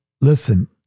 listen